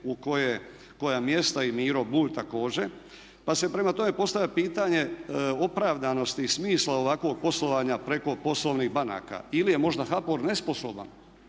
u koja mjesta i Miro Bulj također. Pa se prema tome postavlja pitanje opravdanosti i smisla ovakvog poslovanja preko poslovnih banaka ili je možda HBOR nesposoban,